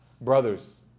Brothers